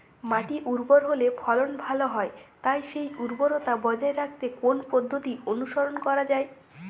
মাটি উর্বর হলে ফলন ভালো হয় তাই সেই উর্বরতা বজায় রাখতে কোন পদ্ধতি অনুসরণ করা যায়?